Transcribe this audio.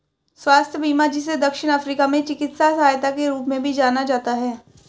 स्वास्थ्य बीमा जिसे दक्षिण अफ्रीका में चिकित्सा सहायता के रूप में भी जाना जाता है